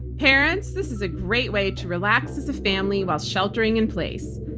parents, this is a great way to relax as a family while sheltering in place.